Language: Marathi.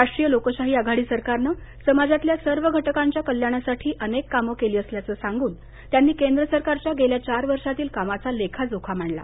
राष्ट्रीय लोकशाही आघाडी सरकारनं समाजातल्या सर्व घटकांच्या कल्याणासाठी अनेक कामं केली असल्याचं सांगून त्यांनी केंद्र सरकारच्या गेल्या चार वर्षातील कामाचा लेखाजोखा मांडला